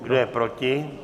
Kdo je proti?